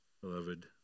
beloved